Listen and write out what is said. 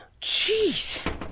Jeez